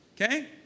okay